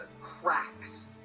cracks